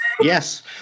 Yes